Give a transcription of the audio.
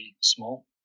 small